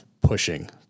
pushing